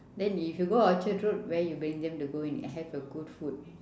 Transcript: then if you go orchard-road where you bring them to go and have a good food